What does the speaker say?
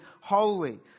holy